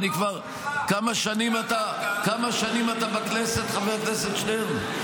כמה שנים אתה בכנסת, חבר הכנסת שטרן?